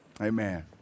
Amen